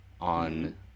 on